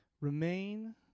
Remain